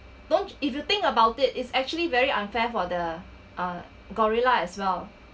don't if you think about it it's actually very unfair for the uh gorilla as well